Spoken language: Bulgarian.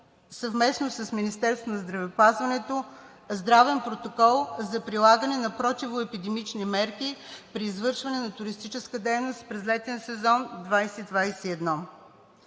съвместно с Министерството на здравеопазването здравен протокол за прилагане на противоепидемични мерки при извършване на туристическа дейност през летен сезон 2020-а